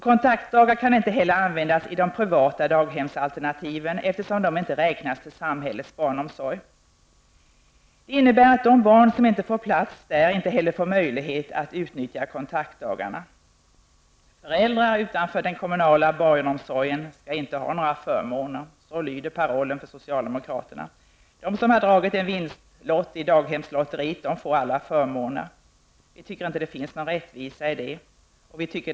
Kontaktdagar kan inte heller användas i de privata daghemsalternativen, eftersom de inte räknas till samhällets barnomsorg. Det innebär att de barn som inte får plats där inte heller får möjlighet att utnyttja kontaktdagarna. ''Föräldrar utanför den kommunala barnomsorgen skall inte ha några förmåner'', så lyder parollen från socialdemokraterna. De som har dragit en vinstlott i daghemslotteriet får alla förmåner. Vi tycker inte att det finns någon rättvisa i det.